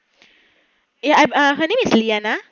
ya I hmm her name is liana